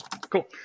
Cool